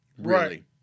Right